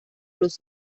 los